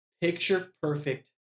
picture-perfect